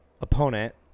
opponent